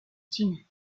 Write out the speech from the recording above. china